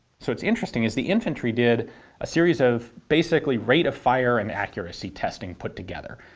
so it's interesting as the infantry did a series of basically rate of fire and accuracy testing put together.